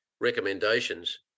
recommendations